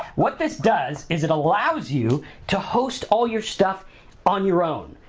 what this does is it allows you to host all your stuff on your own,